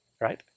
Right